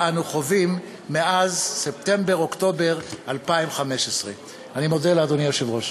שאנו חווים מאז ספטמבר-אוקטובר 2015. אני מודה לאדוני היושב-ראש.